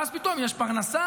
ואז פתאום יש פרנסה,